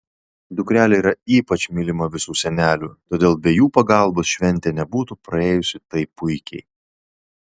dukrelė yra ypač mylima visų senelių todėl be jų pagalbos šventė nebūtų praėjusi taip puikiai